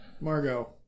Margot